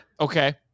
Okay